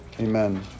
amen